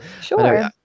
Sure